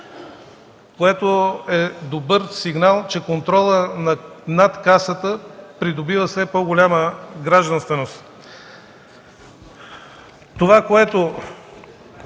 което е добър сигнал, че контролът над Касата придобива все по-голяма гражданственост. Това, което